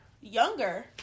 younger